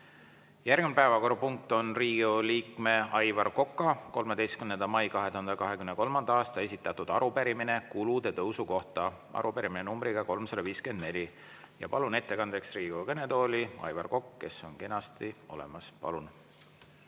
Järgmine päevakorrapunkt on Riigikogu liikme Aivar Koka 13. mail 2023. aastal esitatud arupärimine kulude tõusu kohta, arupärimine nr 354. Palun ettekandeks Riigikogu kõnetooli Aivar Koka, kes on kenasti olemas. Palun!